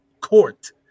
court